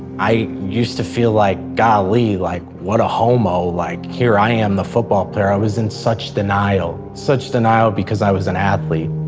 i used to feel like, golly, like what a homo like here i am, the football player i was in such denial, such denial because i was an athlete.